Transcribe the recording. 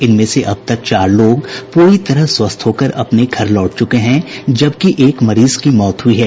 इनमें से अब तक चार लोग पूरी तरह स्वस्थ होकर अपने घर लौट चुके हैं जबकि एक मरीज की मौत हुई है